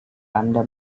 anda